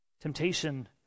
Temptation